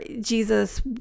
Jesus